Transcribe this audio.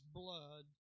blood